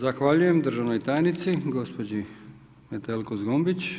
Zahvaljujem državnoj tajnici gospođi Metelko Zgombić.